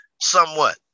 somewhat